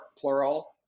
plural